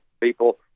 people